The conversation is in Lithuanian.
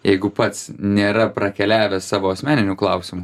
jeigu pats nėra prakeliavęs savo asmeninių klausimų